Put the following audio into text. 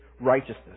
righteousness